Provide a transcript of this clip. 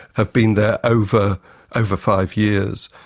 have been there over over five years.